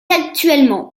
actuellement